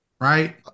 Right